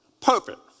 perfect